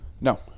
No